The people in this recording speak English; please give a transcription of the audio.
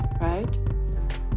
right